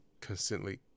constantly